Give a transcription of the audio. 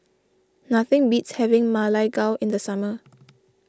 nothing beats having Ma Lai Gao in the summer